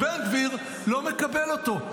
ובן גביר לא מקבל אותו.